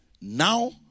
Now